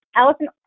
Alison